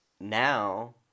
now